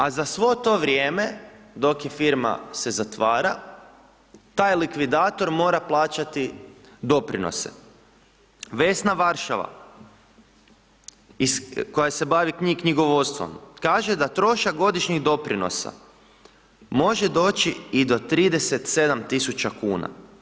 A za svo to vrijeme, dok je firma se zatvara, taj likvidator mora plaćati doprinose, Vesna Varšava, koja se bavi knjigovodstvom, kaže da trošak godišnjih doprinosa, može doći i do 37 tisuća kuna.